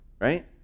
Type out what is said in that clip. right